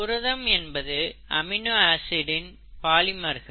புரதம் என்பது amino acid இன் பாலிமர்கள்